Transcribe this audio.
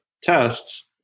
tests